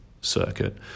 Circuit